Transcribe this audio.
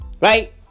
right